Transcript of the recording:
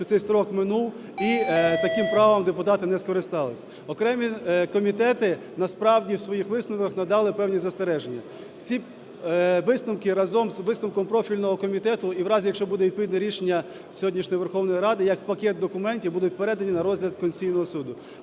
що цей строк минув і таким правом депутати не скористалися. Окремі комітети насправді в своїх висновках надали певні застереження. Ці висновки разом з висновком профільного комітету і в разі, якщо буде відповідне рішення сьогоднішнє Верховної Ради, як пакет документів будуть передані на розгляд Конституційного Суду.